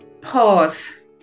pause